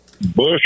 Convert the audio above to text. bush